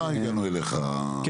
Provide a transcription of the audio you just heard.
הגענו אליך, אל החלק הטוב של האירוע.